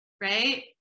right